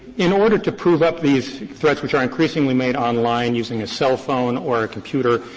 in order to prove up these threats which are increasingly made online using a cell phone or a computer,